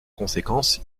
conséquence